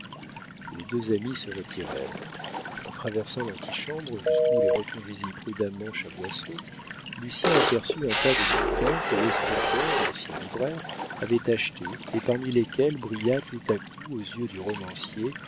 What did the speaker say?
les deux amis se retirèrent en traversant l'antichambre jusqu'où les reconduisit prudemment chaboisseau lucien aperçut un tas de bouquins que l'escompteur ancien libraire avait achetés et parmi lesquels brilla tout à coup aux yeux du romancier